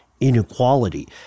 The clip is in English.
inequality